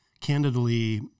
candidly